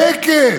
שקט,